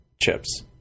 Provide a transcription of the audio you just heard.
chips